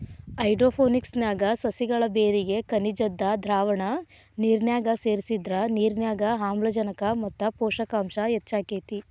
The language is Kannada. ಹೈಡ್ರೋಪೋನಿಕ್ಸ್ ನ್ಯಾಗ ಸಸಿಗಳ ಬೇರಿಗೆ ಖನಿಜದ್ದ ದ್ರಾವಣ ನಿರ್ನ್ಯಾಗ ಸೇರ್ಸಿದ್ರ ನಿರ್ನ್ಯಾಗ ಆಮ್ಲಜನಕ ಮತ್ತ ಪೋಷಕಾಂಶ ಹೆಚ್ಚಾಕೇತಿ